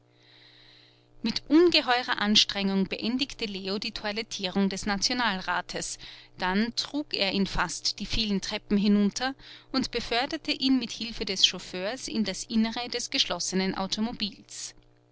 mit ungeheurer anstrengung beendigte leo die toilettierung des nationalrates dann trug er ihn fast die vielen treppen hinunter und beförderte ihn mit hilfe des chauffeurs in das innere des geschlossenen automobils